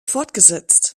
fortgesetzt